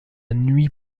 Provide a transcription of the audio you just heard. nuit